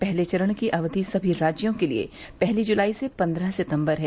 पहले चरण की अवधि सभी राज्यों के लिए पहली जुलाई से पन्द्रह सितम्बर है